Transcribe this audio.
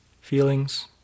feelings